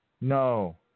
No